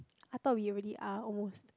I thought we already are almost